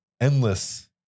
endless